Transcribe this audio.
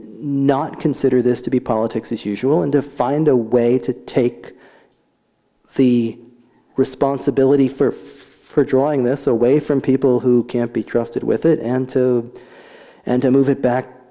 not consider this to be politics as usual and to find a way to take the responsibility for for drawing this away from people who can't be trusted with it and to and to move it back